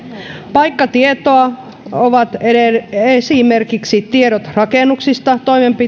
paikkatietoa ovat esimerkiksi tiedot rakennuksista